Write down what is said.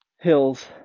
hills